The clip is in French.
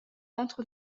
entre